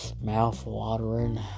mouth-watering